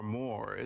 more